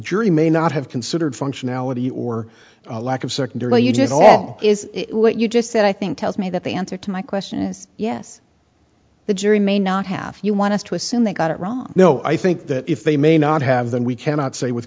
jury may not have considered functionality or a lack of certainty is what you just said i think tells me that the answer to my question is yes the jury may not have you want us to assume they got it wrong no i think that if they may not have then we cannot say with